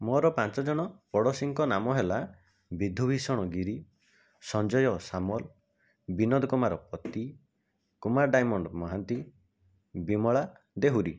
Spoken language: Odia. ମୋର ପାଞ୍ଚଜଣ ପୋଡ଼ୋଶୀଙ୍କ ନାମ ହେଲା ବିଧୁ ଭୀଷଣ ଗିରି ସଞ୍ଜୟ ସାମଲ ବିନୋଦ କୁମାର ପତି କୁମାର ଡାଇମଣ୍ଡ ମହାନ୍ତି ବିମଳା ଦେହୁରି